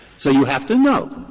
so you have to know.